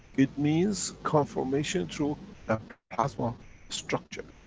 it means confirmation through a plasma structure.